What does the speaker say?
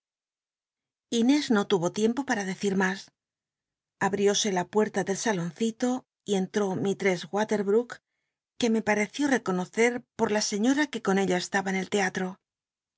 inés no tuvo tiempo para decir mas abriósc la puerta del saloncilo y entró misltess watcl'l l'ook c uc me l areciij i'cconoccr por la señom que con biblioteca nacional de españa da vid copperfield ella estaba en el teato